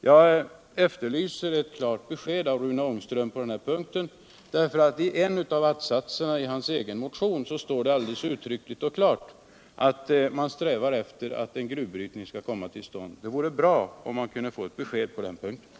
Jag efterlyser ett klart besked av Rune Ångström på denna punkt, därför att i en av att-satserna i hans egen motion står det alldeles klart att man strävar efter att få till stånd en gruvbrytning. Det vore bra att få ett besked på den punkten.